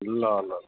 ल ल ल